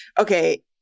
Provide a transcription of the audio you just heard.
Okay